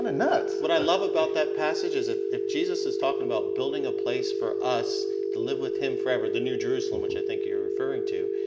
ah nuts. what i love about that passage is that if jesus is talking about building a place for us to live with him forever, the new jerusalem which i think you are referring to,